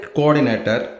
Coordinator